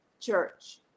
church